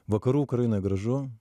vakarų ukrainoj gražu